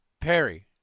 Perry